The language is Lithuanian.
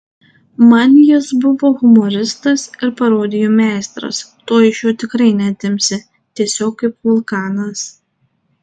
man jis buvo humoristas ir parodijų meistras to iš jo tikrai neatimsi tiesiog kaip vulkanas